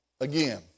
again